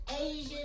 Asian